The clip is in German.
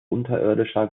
unterirdischer